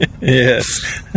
Yes